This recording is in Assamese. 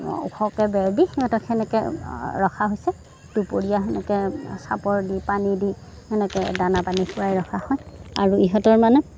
ওখকে বেৰ দি সিহঁতক সেনেকে ৰখা হৈছে দুপৰীয়া সেনেকে চাপৰ দি পানী দি সেনেকে দানা পানী খুৱাই ৰখা হয় আৰু ইহঁতৰ মানে